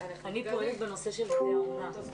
בשעה 12:06.